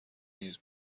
نیز